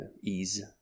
ease